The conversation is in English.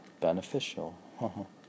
beneficial